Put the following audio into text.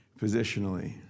positionally